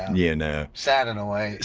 yeah know. sad in a way.